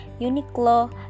uniqlo